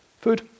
Food